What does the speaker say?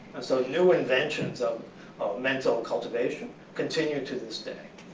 and so new inventions of of mental cultivation continue to this day.